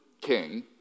king